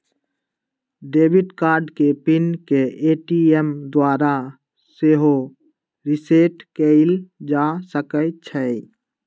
debit card के PIN के ATM द्वारा सेहो रीसेट कएल जा सकै छइ